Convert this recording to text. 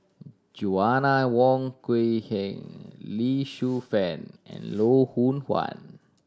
Joanna Wong Quee Heng Lee Shu Fen and Loh Hoong Kwan